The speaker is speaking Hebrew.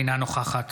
אינה נוכחת